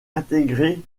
intégré